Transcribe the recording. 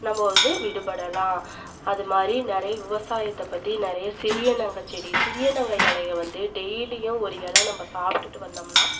நம்ம வந்து விடுபடலாம் அதுமாதிரி நிறைய விவசாயத்தை பற்றி நிறைய சிறியனங்க செடி சிறியனங்க இலய வந்து டெய்லியும் ஒரு இல நம்ம சாப்பிட்டுட்டு வந்தோம்னா